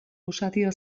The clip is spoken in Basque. usadio